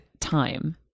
time